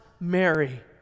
Mary